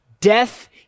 death